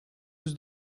yüz